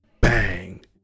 bang